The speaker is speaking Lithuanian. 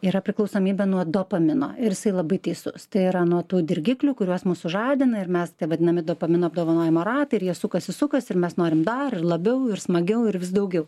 yra priklausomybė nuo dopamino ir jisai labai teisus tai yra nuo tų dirgiklių kuriuos mus sužadina ir mes taip vadinami dopamino apdovanojimo ratai ir jie sukasi sukasi ir mes norim dar labiau ir smagiau ir vis daugiau